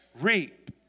reap